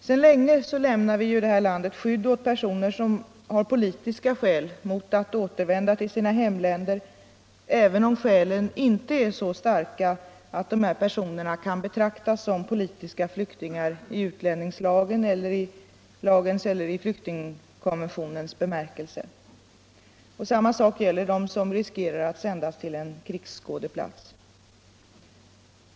Sedan länge lämnar Sverige skydd åt personer som har politiska skäl mot att återvända till sina hemländer, även om skälen inte är så starka att personerna kan betraktas som politiska flyktingar i utlänningslagens eller flyktingkonventionens bemärkelse. Samma sak gäller dem som riskerar att sändas till krigsskådeplats.